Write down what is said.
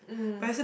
mm